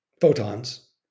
photons